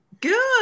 Good